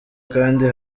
kandi